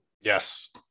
Yes